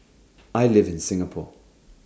I live in Singapore